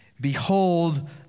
behold